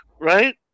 right